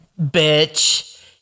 bitch